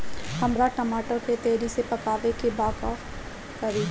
हमरा टमाटर के तेजी से पकावे के बा का करि?